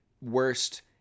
worst